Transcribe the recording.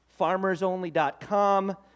farmersonly.com